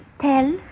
tell